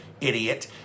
idiot